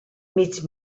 mig